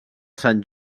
sant